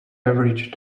average